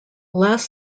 last